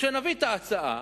כשנביא את ההצעה,